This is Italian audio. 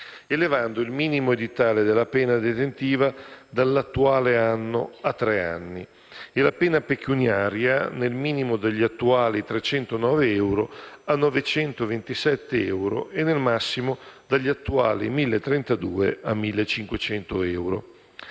elevando il minimo edittale della pena detentiva (dall'attuale anno a tre anni) e la pena pecuniaria (nel minimo dagli attuali 309 euro a 927 euro e nel massimo dagli attuali 1.032 a 1.500 euro).